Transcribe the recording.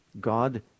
God